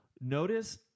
notice